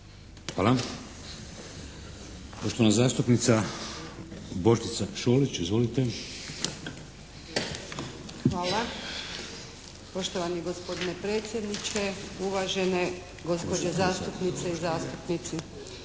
Hvala. Poštovani gospodine predsjedniče, uvažene gospođe zastupnice i zastupnici.